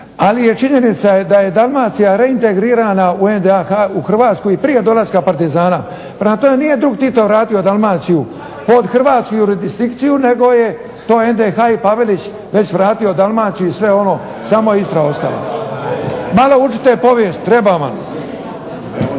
ali je činjenica da je Dalmacija reintegrirana u NDH, u Hrvatsku i prije dolaska partizana. Prema tome, nije drug Tito vratio Dalmaciju pod hrvatsku jurisdikciju nego je to NDH i Pavelić već vratio Dalmaciju i sve ono, samo je Istra ostala. … /Buka u dvorani./… Malo učite povijest, treba vam.